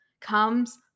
comes